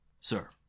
Sir